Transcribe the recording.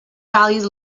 valued